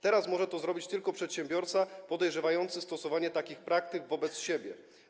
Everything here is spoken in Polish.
Teraz może to zrobić tylko przedsiębiorca podejrzewający stosowanie takich praktyk wobec siebie.